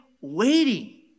waiting